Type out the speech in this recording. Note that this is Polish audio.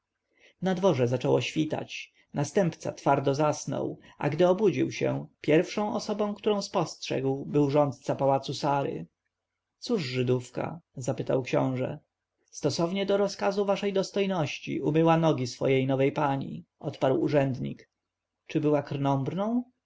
na dworze zaczęło świtać następca twardo zasnął a gdy obudził się pierwszą osobą którą spostrzegł był rządca pałacu sary cóż żydówka zapytał książę stosownie do rozkazu waszej dostojności umyła nogi swej nowej pani odparł urzędnik czy była